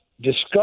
discuss